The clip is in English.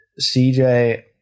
CJ